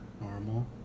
Normal